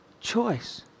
choice